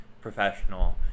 professional